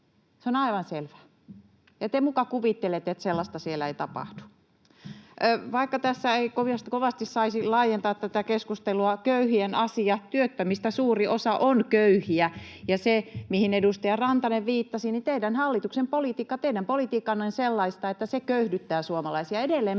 Se on aivan selvää. Ja te muka kuvittelette, että sellaista siellä ei tapahdu. Vaikka tässä ei kovasti saisi laajentaa tätä keskustelua, otan esiin köyhien asian. Työttömistä suuri osa on köyhiä. Ja se, mihin edustaja Rantanen viittasi, on se, että teidän hallituksenne politiikka on sellaista, että se köyhdyttää suomalaisia, edelleen